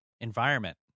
environment